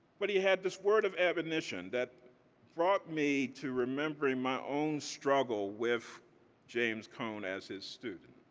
but he had this word of admonition that brought me to remembering my own struggle with james cone as his student.